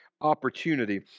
opportunity